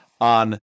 on